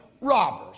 robbers